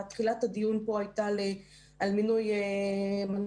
תחילת הדיון פה הייתה על מינוי מנכ"ל,